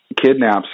kidnaps